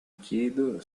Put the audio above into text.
chiedo